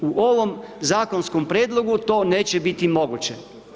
U ovom zakonskom prijedlogu to neće biti moguće.